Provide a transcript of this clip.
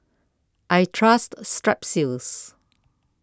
I trust Strepsils